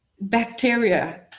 bacteria